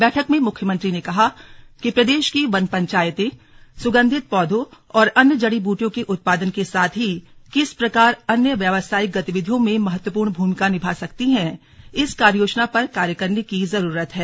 बैठक में मुख्यमंत्री ने कहा कि प्रदेश की वन पंचायतें स्गन्धित पौधों और अन्य जड़ी बुटियों के उत्पादन के साथ ही किस प्रकार अन्य व्यावसायिक गतिविधियों में महत्वपूर्ण भूमिका निभा सकती है इस कार्ययोजना पर कार्य करने की जरूरत है